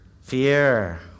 Fear